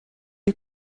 ihr